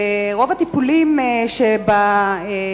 ורוב הטיפולים בהשתלות,